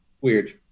weird